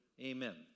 Amen